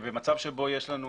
במצב שבו יש לנו